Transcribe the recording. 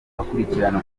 bakurikirana